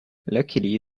luckily